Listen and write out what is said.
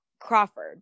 Crawford